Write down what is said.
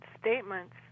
statements